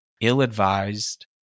ill-advised